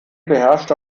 beherrscht